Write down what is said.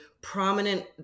prominent